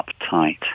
uptight